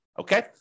Okay